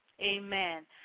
amen